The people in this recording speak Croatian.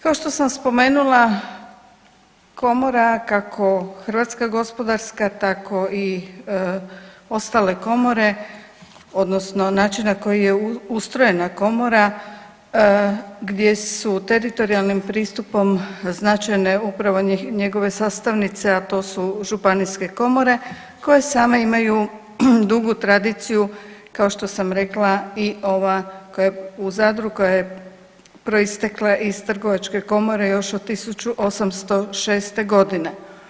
Kao što sam spomenula komora kako HGK tako i ostale komore odnosno način na koji je ustrojena komora gdje su teritorijalnim pristupom značajne upravo njegove sastavnice, a to su županijske komore koje same imaju dugu tradiciju kao što sam rekla i ova koja je u Zadru, koja je proistekla iz trgovačke komore još iz 1806. godine.